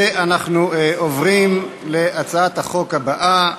אנחנו עוברים להצעת החוק הבאה,